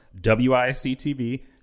WICTV